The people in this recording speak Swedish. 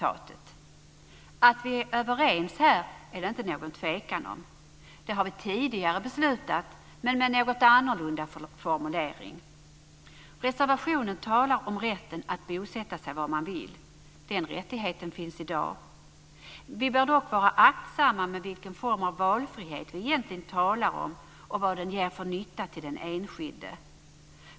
Att vi är överens här är det inte någon tvekan om. Det har vi tidigare beslutat, men med en något annorlunda formulering. Reservationen talar om rätten att bosätta sig var man vill. Den rättigheten finns i dag. Vi bör dock vara aktsamma med vilken form av valfrihet vi egentligen talar om och vilken nytta den ger den enskilde.